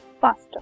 faster